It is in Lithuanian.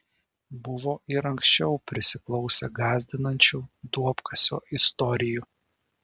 buvo ir anksčiau prisiklausę gąsdinančių duobkasio istorijų